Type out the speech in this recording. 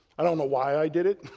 i don't know why i did it.